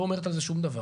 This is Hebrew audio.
לא אומרת על זה שום דבר.